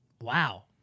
Wow